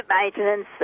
maintenance